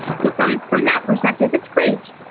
so from from that perspective, that's great.